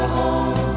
home